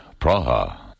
Praha